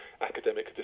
academic